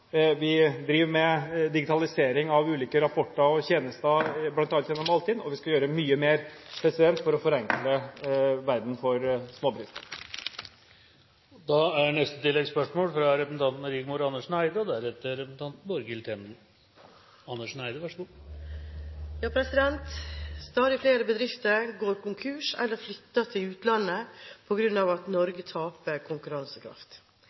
Vi driver med digitalisering av ulike rapporter og tjenester bl.a. gjennom Altinn, og vi skal gjøre mye mer, spesielt for å forenkle verden for småbedriftene. Rigmor Andersen Eide – til oppfølgingsspørsmål. Stadig flere bedrifter går konkurs eller flytter til utlandet på grunn av at Norge taper konkurransekraft. Gårsdagens nedleggelse av REC på Herøya føyer seg til